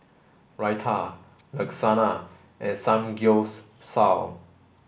Raita Lasagna and Samgyeopsal